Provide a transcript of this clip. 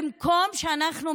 במקום שאנחנו,